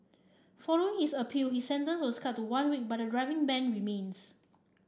following his appeal his sentence was cut to one week but the driving ban remains